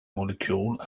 molecule